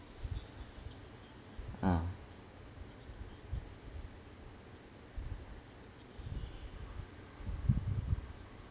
ah